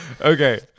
okay